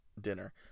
dinner